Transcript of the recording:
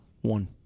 One